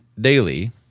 daily